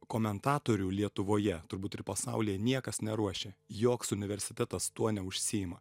komentatorių lietuvoje turbūt ir pasaulyje niekas neruošia joks universitetas tuo neužsiima